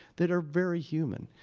that are very human,